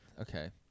Okay